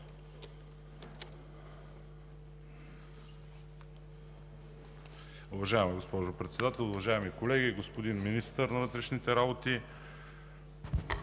Уважаема госпожо Председател, уважаеми колеги! Господин Министър на вътрешните работи,